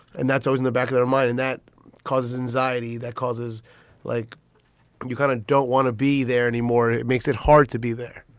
and that's i was in the back of their mind. and that causes anxiety, that causes like you kind of don't want to be there anymore. it makes it hard to be there